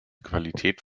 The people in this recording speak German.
qualität